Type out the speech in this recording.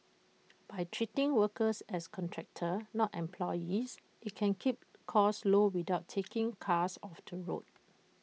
by treating workers as contractors not employees IT can keep costs low without taking cars off the road